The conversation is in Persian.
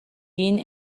گین